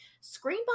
Screen